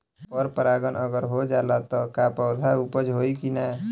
पर परागण अगर हो जाला त का पौधा उपज होई की ना?